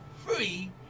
free